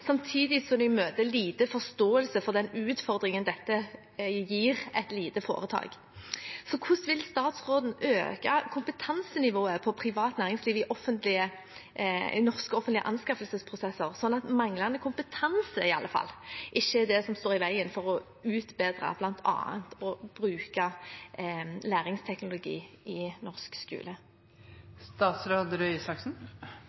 samtidig som de møter liten forståelse for den utfordringen dette gir et lite foretak. Hvordan vil statsråden øke kompetansenivået hos privat næringsliv i norske offentlige anskaffelsesprosesser, slik at manglende kompetanse iallfall ikke er det som står i veien for å utbedre, bl.a. ved å bruke læringsteknologi i norsk